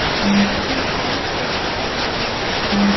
सिंचाई कइसे करथे?